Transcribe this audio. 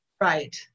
Right